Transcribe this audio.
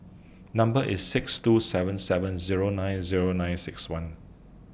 Number IS six two seven seven Zero nine Zero nine six one